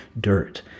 dirt